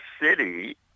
city